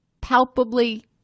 palpably